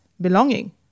belonging